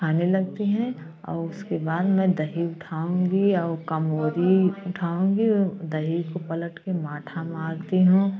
खाने लगते हैं और उसके बाद में दही उठाऊँगी और कामोरी उठाऊँगी दही को पलट के माठा मारती हूँ